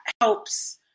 helps